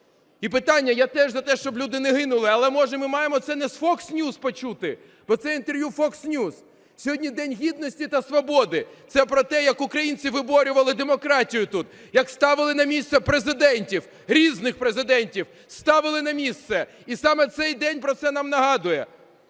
І питання, я теж за те, щоб люди не гинули, але, може, ми маємо цене з Fox News почути, бо це інтерв'ю Fox News. Сьогодні День Гідності та Свободи, це про те, як українці виборювали демократію тут, як ставили на місце президентів, різних президентів, ставили на місце, і саме цей день про це нам нагадує.